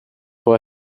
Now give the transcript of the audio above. why